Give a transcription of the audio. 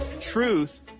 Truth